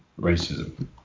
racism